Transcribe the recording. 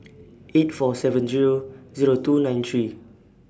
eight four seven Zero Zero two nine three